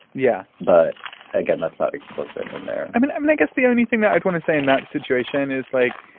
yeah. but again, that's not explicit in there i mean i mean i guess the only thing that i'd want to say in that situation is like.